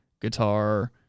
guitar